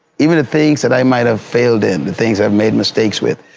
even the things that i might've failed in. the things i made mistakes with,